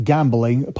Gambling